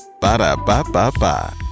Ba-da-ba-ba-ba